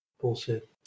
Bullshit